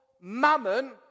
mammon